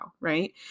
Right